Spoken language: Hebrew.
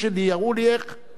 כי הם היום יודעים הכול.